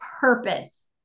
purpose